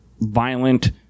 violent